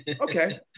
Okay